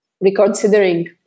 reconsidering